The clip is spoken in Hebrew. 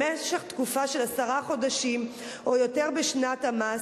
במשך תקופה של עשרה חודשים או יותר בשנת המס,